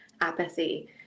apathy